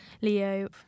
Leo